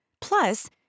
Plus